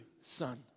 son